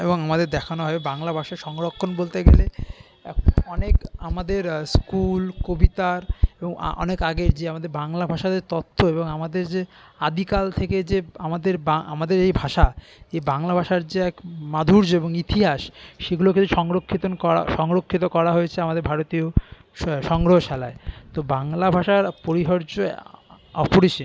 এবং আমাদের দেখানো হবে বাংলা ভাষার সংরক্ষণ বলতে গেলে অনেক আমাদের স্কুল কবিতার এবং অনেক আগের যে আমাদের বাংলা ভাষাতে তথ্য এবং আমাদের যে আদিকাল থেকে যে আমাদের আমাদের এই ভাষা এই বাংলা ভাষার যে এক মাধুর্য এবং ইতিহাস সেগুলোকে সংরক্ষিত করা সংরক্ষিত করা হয়েছে আমাদের ভারতীয় সংগ্রহশালায় তো বাংলা ভাষার পরিহার্য অপরিসীম